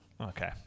Okay